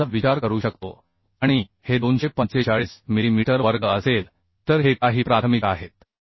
आपण याचा विचार करू शकतो आणि हे 245 मिलीमीटर वर्ग असेल तर हे काही प्राथमिक आहेत